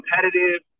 competitive